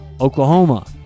Oklahoma